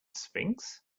sphinx